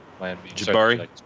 Jabari